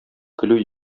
көлү